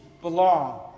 belong